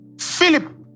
Philip